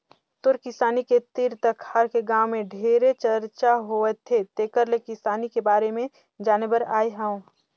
तोर किसानी के तीर तखार के गांव में ढेरे चरचा होवथे तेकर ले किसानी के बारे में जाने बर आये हंव